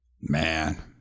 Man